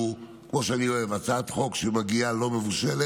כמו שאני אוהב הצעת חוק שמגיעה לא מבושלת